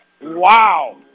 wow